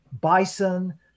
bison